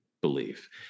belief